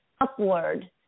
upward